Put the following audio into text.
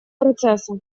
процесса